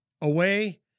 away